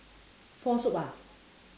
four soup ah